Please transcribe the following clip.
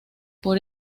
por